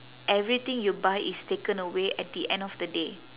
everything you buy is taken away at the end of the day